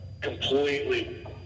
completely